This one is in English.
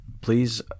Please